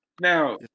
Now